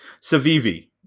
Savivi